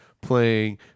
playing